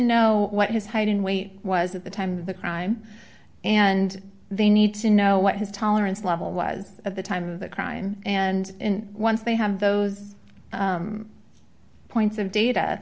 know what his height and weight was at the time of the crime and they need to know what his tolerance level was at the time of the crime and once they have those points of data